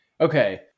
Okay